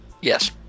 yes